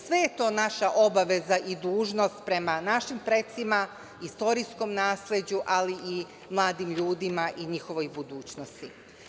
Sve je to naša obaveza i dužnost prema našim precima, istorijskom nasleđu, ali i mladim ljudima i njihovoj budućnosti.